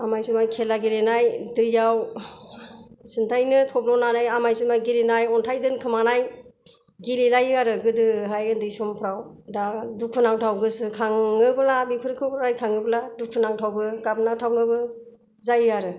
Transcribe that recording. आमाइ जुमाइ खेला गेलेनाय दैयाव सिन्थाइनो थब्ल'नानै आमाइ जुमाइ गेलेनाय अन्थाइ दोनखोमानाय गेलेलायो आरो गोदोहाय उन्दै समफ्राव दा दुखु नांथाव गोसोखाङोब्ला बेफोरखौ रायखाङोब्ला दुखु नांथावबो गाबनांथावबो जायो आरो